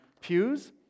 pews